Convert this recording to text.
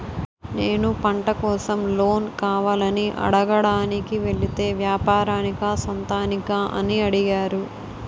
నేను పంట కోసం లోన్ కావాలని అడగడానికి వెలితే వ్యాపారానికా సొంతానికా అని అడిగారు